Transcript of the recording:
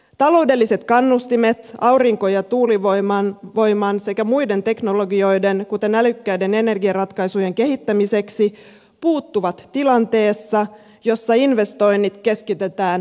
taloudelliset kannustimet aurinko ja tuulivoiman sekä muiden teknologioiden kuten älykkäiden energiaratkaisujen kehittämiseksi puuttuvat tilanteessa jossa investoinnit keskitetään ydinvoimaan